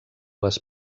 les